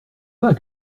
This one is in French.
pas